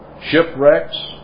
Shipwrecks